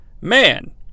Man